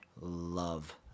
love